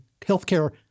healthcare